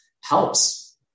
helps